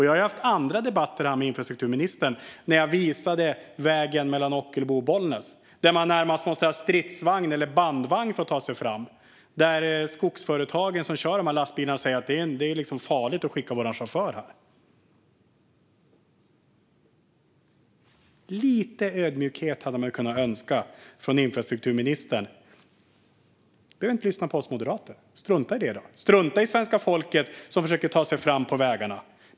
Jag har haft andra debatter med infrastrukturministern där jag visat vägen mellan Ockelbo och Bollnäs. Där måste man närmast ha stridsvagn eller bandvagn för att ta sig fram, och skogsföretagen som kör de här lastbilarna säger att det är farligt att skicka ut chaufförerna dit. Lite ödmjukhet hade man kunnat önska från infrastrukturministern. Han behöver inte lyssna på oss moderater. Strunta i det! Strunta i svenska folket, som försöker att ta sig fram på vägarna!